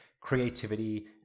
creativity